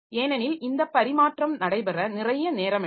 ஏனெனில் இந்த பரிமாற்றம் நடைபெற நிறைய நேரம் எடுக்கும்